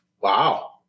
Wow